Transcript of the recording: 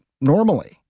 normally